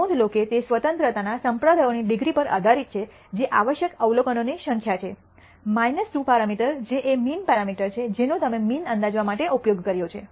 નોંધ લો કે તે સ્વતંત્રતાના સંપ્રદાયોની ડિગ્રી પર આધારીત છે જે આવશ્યક અવલોકનોની સંખ્યા છે 2 પેરામીટર જે એ મીન પેરામીટર છે જેનો તમે મીન અંદાજવા માટે ઉપયોગ કર્યો છે